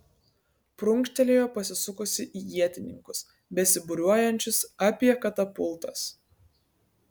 prunkštelėjo pasisukusi į ietininkus besibūriuojančius apie katapultas